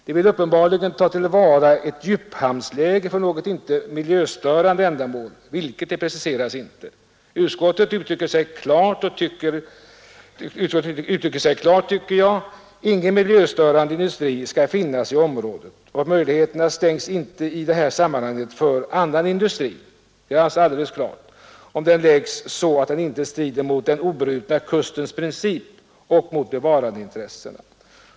De vill uppenbarligen ta till vara ett djuphamnsläge för något inte miljöstörande ändamål — vilket preciseras inte. Utskottet uttrycker sig klart, tycker jag: Ingen miljöstörande industri skall finnas i området, och möjligheterna stängs inte i det här sammanhanget för annan industri — det är alldeles klart — om den läggs så att den inte strider mot den obrutna kustens princip och mot bevarandeintressena.